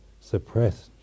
suppressed